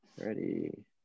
ready